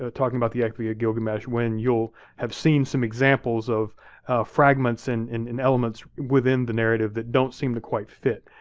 ah talking about the epic of ah gilgamesh when you'll have seen some examples of fragments and and and elements within the narrative that don't seem to quite fit.